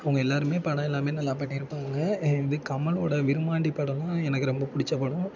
அவங்க எல்லாருமே படம் எல்லாமே நல்லா பண்ணியிருப்பாங்க இது கமலோட விருமாண்டி படமெலாம் எனக்கு ரொம்ப பிடிச்ச படம்